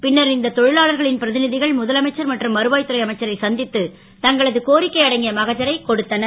பின்னர் இந்த தொ லாளர்களின் பிர கள் முதலமைச்சர் மற்றும் வருவா த் துறை அமைச்சரை சந் த்து தங்களது கோரிக்கை அடங்கிய மகஜரை கொடுத்தனர்